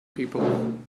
people